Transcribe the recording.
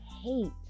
hate